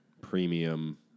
premium